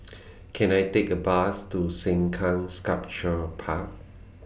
Can I Take A Bus to Sengkang Sculpture Park